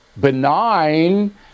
benign